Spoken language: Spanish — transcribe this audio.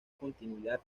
continuidad